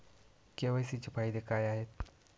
KYC चे फायदे काय आहेत?